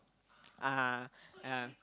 (uh huh) yeah